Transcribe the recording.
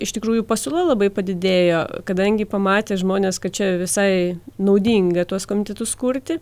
iš tikrųjų pasiūla labai padidėjo kadangi pamatė žmones kad čia visai naudinga tuos komitetus kurti